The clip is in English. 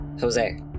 Jose